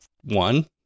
one